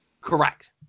Correct